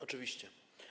Oczywiście.